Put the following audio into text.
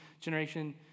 generation